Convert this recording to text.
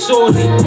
Sorry